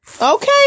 Okay